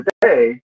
today